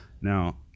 now